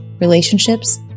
relationships